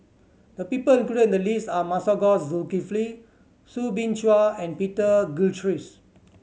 the people included in the list are Masagos Zulkifli Soo Bin Chua and Peter Gilchrist